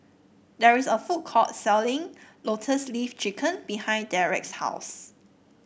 there is a food court selling Lotus Leaf Chicken behind Derrek's house